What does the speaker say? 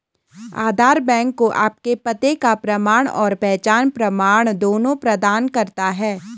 आधार bank को आपके पते का प्रमाण और पहचान प्रमाण दोनों प्रदान करता है